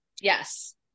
yes